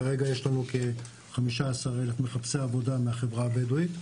כרגע יש לנו כ-15,000 מחפשי עבודה בחברה הבדואית,